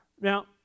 Now